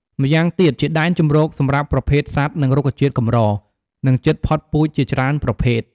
ម៉្យាងទៀតជាដែនជម្រកសម្រាប់ប្រភេទសត្វ និងរុក្ខជាតិកម្រ និងជិតផុតពូជជាច្រើនប្រភេទ។